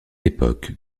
époque